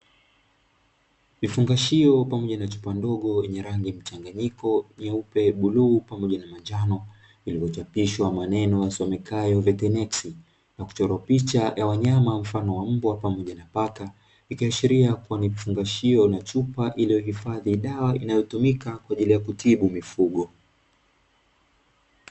Kifungashio pamoja na chupa ndogo yenye rangi mchanganyiko, nyeupe, bluu pamoja na manjano yaliyo chapishwa maneno yasomekayo "Vetenex" na kuchorwa picha ya wanyama mfano wa mbwa pamoja na paka, ikiashiria kuwa ni kifungashio na chupa iliyohifadhi dawa, inayotumika kwa ajili kutibu mifugo.